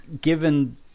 given